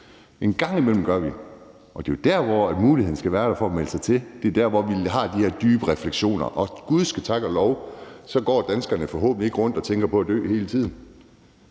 En gang imellem gør vi det, og det er jo der, hvor muligheden skal være for at melde sig til – det er der, hvor vi har den her dybe refleksion. Gud ske tak og lov går danskerne ikke rundt og tænker på at dø hele tiden,